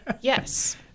yes